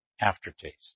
aftertaste